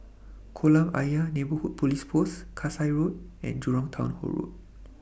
Kolam Ayer Neighbourhood Police Post Kasai Road and Jurong Town Hall Road